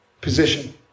Position